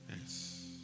Yes